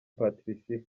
patricia